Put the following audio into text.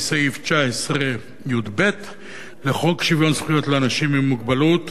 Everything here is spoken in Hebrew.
סעיף 19יב לחוק שוויון זכויות לאנשים עם מוגבלות,